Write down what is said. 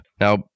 Now